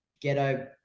ghetto